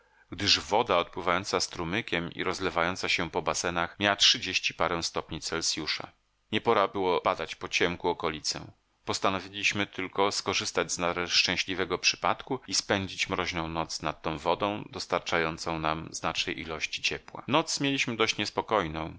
gdyż woda odpływająca strumykiem i rozlewająca się po basenach miała trzydzieści parę stopni celsiusa nie pora była badać po ciemku okolicę postanowiliśmy tylko skorzystać z nader szczęśliwego przypadku i spędzić mroźną noc nad tą wodą dostarczającą nam znacznej ilości ciepła noc mieliśmy dość niespokojną